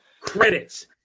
Credits